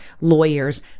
lawyers